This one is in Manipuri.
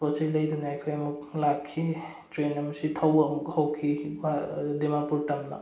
ꯄꯣꯠ ꯆꯩ ꯂꯩꯗꯨꯅ ꯑꯩꯈꯣꯏ ꯑꯃꯨꯛ ꯂꯥꯛꯈꯤ ꯇ꯭ꯔꯦꯟ ꯑꯃꯁꯤ ꯊꯧꯕ ꯍꯧꯈꯤ ꯗꯤꯃꯥꯄꯨꯔ ꯇꯝꯅ